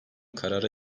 karara